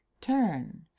turn